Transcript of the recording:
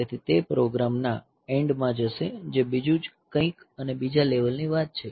તેથી તે પ્રોગ્રામ ના એન્ડ માં જશે જે બીજું જ કઇંક અને બીજા લેવલની વાત છે